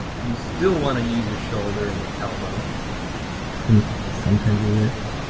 you still want to use your shoulder and your elbow and sometimes your wrist,